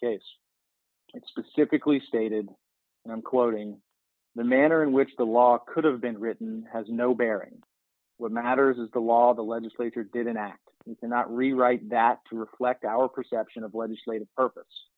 case specifically stated and i'm quoting the manner in which the law could have been written has no bearing what matters is the law the legislature didn't act and cannot rewrite that to reflect our perception of legislative purpose